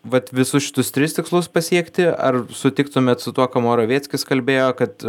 vat visus šitus tris tikslus pasiekti ar sutiktumėt su tuo ką morawieckis kalbėjo kad